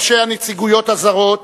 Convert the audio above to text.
ראשי הנציגויות הזרות,